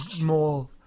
more